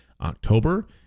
October